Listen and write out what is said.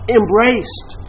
embraced